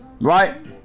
Right